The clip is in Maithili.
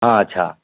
हँ अच्छा